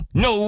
no